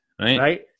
right